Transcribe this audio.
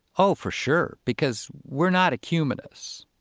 oh, for sure, because we're not ecumenists,